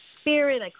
spirit